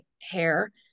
hair